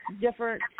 different